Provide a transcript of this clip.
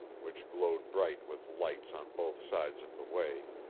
which glowed bright with lights on both sides of the way,